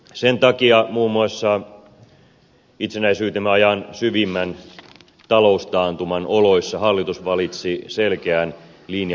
sen takia muun muassa itsenäisyytemme ajan syvimmän taloustaantuman oloissa hallitus valitsi selkeän linjan